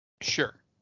Sure